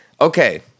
okay